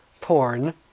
porn